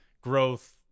growth